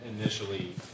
initially